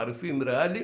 תעריפים ריאליים,